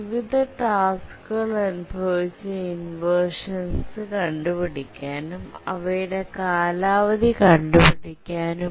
വിവിധ ടാസ്കുകൾ അനുഭവിച്ച ഇൻവെർഷൻസ് കണ്ടുപിടിക്കാനും അവയുടെ കാലാവധി കണ്ടുപിടിക്കാനും